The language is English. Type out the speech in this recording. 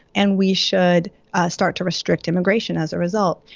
and we should start to restrict immigration as a result.